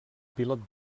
pilot